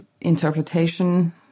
interpretation